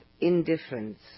indifference